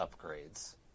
upgrades